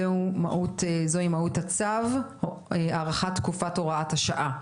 זוהי מהות הצו, הארכת תקופת הוראת השעה.